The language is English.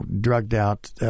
drugged-out